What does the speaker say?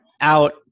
out